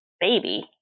baby